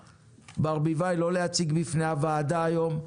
ברביבאי לא להציג לפני הוועדה היום,